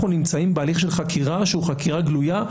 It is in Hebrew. נמצאים בהליך של חקירה שהיא חקירה גלויה.